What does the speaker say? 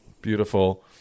beautiful